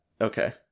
Okay